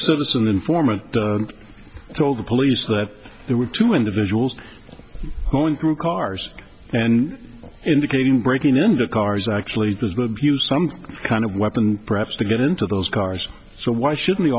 an informant told the police that there were two individuals going through cars and indicating breaking in the cars actually used some kind of weapon perhaps to get into those cars so why should